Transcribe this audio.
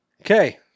Okay